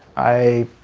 i